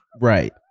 Right